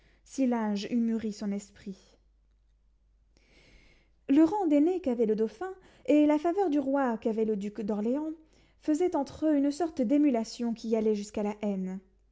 si l'âge eût mûri son esprit le rang d'aîné qu'avait le dauphin et la faveur du roi qu'avait le duc d'orléans faisaient entre eux une sorte d'émulation qui allait jusqu'à la haine